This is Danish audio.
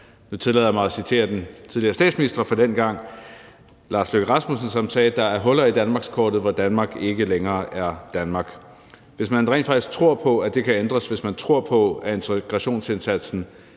Nu tillader jeg mig at citere den tidligere statsminister fra dengang, Lars Løkke Rasmussen, som sagde: Der er huller i danmarkskortet, hvor Danmark ikke længere er Danmark. Hvis man rent faktisk tror på, at det kan ændres – hvis man tror på, at integrationsindsatsen